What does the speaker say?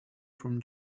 from